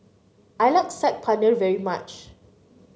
I like Saag Paneer very much